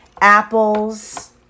Apples